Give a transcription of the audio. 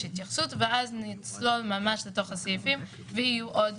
התייחסות לגביהן ואז נצלול ממש לתוך הסעיפים ויהיו עוד